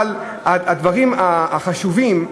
אבל הדברים החשובים,